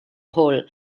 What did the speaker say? hall